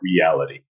Reality